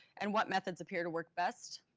and what methods appear to work best?